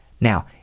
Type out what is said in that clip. Now